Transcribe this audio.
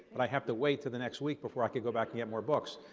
but i have to wait to the next week before i can go back and get more books.